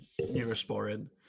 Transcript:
Neurosporin